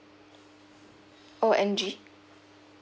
O N G